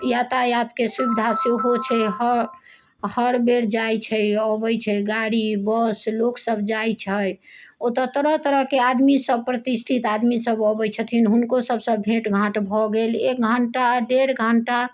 यातायातके के सुविधो छै हर बेर जाइत छै अबैत छै गाड़ी बस लोक सभ जाइत छै ओतऽ तरह तरहके आदमी सभ प्रतिष्ठित आदमी सभ अबैत छथिन हुनको सभसँ भेट घाँट भऽ गेल एक घण्टा डेढ़ घण्टा